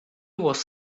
was